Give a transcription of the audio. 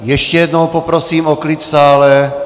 Ještě jednou poprosím o klid v sále.